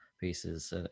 pieces